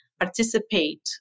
participate